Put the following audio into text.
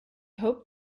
hoped